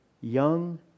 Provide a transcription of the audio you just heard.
young